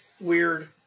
weird